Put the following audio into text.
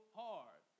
hard